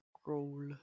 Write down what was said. scroll